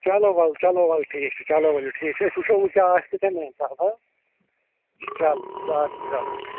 چلو وَل چلو وَل ٹھیٖک چھِ چلو ؤلِو ٹھیٖک چھِ أسۍ وٕچھو وۄنۍ کیٛاہ آسہِ تہٕ تَمے حِساب ہاں چلو ادسا چلو چلو